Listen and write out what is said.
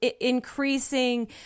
increasing